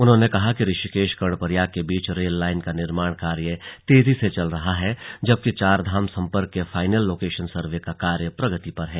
उन्होंने कहा कि ऋषिकेश कर्णप्रयाग के बीच रेल लाईन का निर्माण कार्य तेजी से चल रहा है जबकि चारधाम सम्पर्क के फाइनल लोकेशन सर्वे का कार्य प्रगति पर है